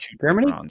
Germany